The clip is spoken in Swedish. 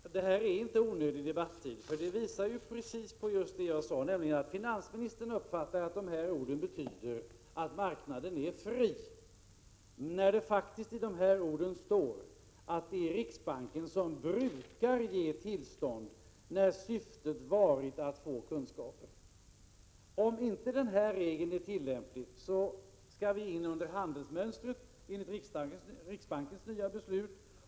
Herr talman! Det här är inte onödig debattid. Det visar ju precis på det som jag sade, nämligen att finansministern uppfattar att de här orden betyder att marknaden är fri. I själva verket står det att det är riksbanken som brukar ge tillstånd när syftet varit att få kunskaper. Om inte denna regel är tillämplig skall vi in under handelsmönstret, enligt riksbankens nya beslut.